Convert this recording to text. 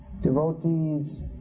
devotees